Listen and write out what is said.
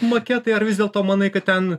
maketai ar vis dėlto manai kad ten